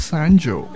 Sanjo